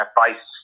face